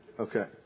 Okay